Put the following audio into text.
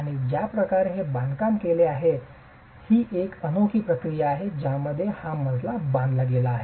आणि ज्या प्रकारे हे बांधकाम केले आहे ही एक अनोखी प्रक्रिया आहे ज्यामध्ये हा मजला बांधला गेला आहे